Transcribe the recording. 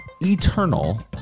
eternal